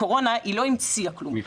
הקורונה לא המציאה כלום,